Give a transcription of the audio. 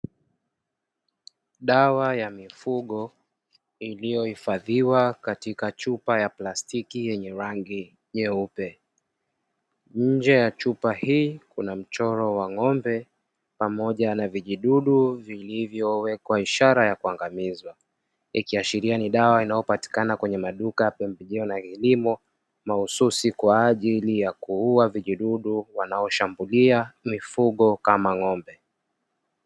Dawa ya mifugo iliyohifadhiwa katika chupa ya plastiki yenye rangi nyeupe. Nje ya chupa hii kuna mchoro wa ng'ombe pamoja na vijidudu vilivyowekwa ishara ya kuangamizwa; ikiashiria ni dawa inayopatikana kwenye maduka pembejeo na kilimo, mahususi kwa ajili ya kuua vijidudu wanaoshambulia mifugo kama ng'ombe.